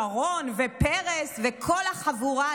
שרון ופרס וכל החבורה,